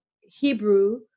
Hebrew